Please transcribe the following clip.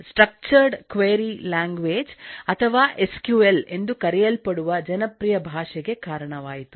structured query language ಅಥವಾ S Q L ಎಂದು ಕರೆಯಲ್ಪಡುವ ಜನಪ್ರಿಯ ಭಾಷೆಗೆ ಕಾರಣವಾಯಿತು